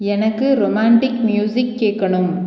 எனக்கு romantic music கேட்கணும்